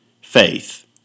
faith